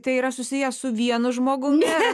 tai yra susiję su vienu žmogumi